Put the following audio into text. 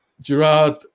Gerard